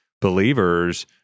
believers